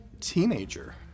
teenager